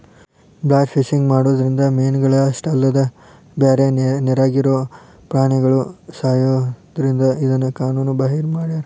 blast fishing ಮಾಡೋದ್ರಿಂದ ಮೇನಗಳ ಅಷ್ಟ ಅಲ್ಲದ ಬ್ಯಾರೆ ನೇರಾಗಿರೋ ಪ್ರಾಣಿಗಳು ಸಾಯೋದ್ರಿಂದ ಇದನ್ನ ಕಾನೂನು ಬಾಹಿರ ಮಾಡ್ಯಾರ